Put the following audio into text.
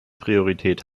priorität